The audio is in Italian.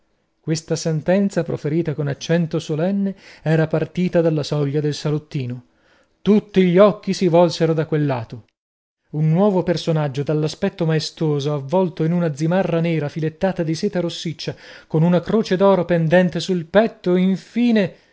questa sentenza proferita con accento solenne era partita dalla soglia del salottino tutti gli occhi si volsero da quel lato un nuovo personaggio dall'aspetto maestoso avvolto in una zimarra nera filettata di seta rossiccia con una croce d'oro pendente sul petto infine